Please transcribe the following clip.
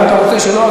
אם אתה רוצה שלא,